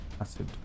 acid